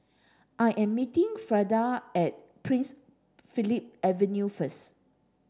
I am meeting Frida at Prince Philip Avenue first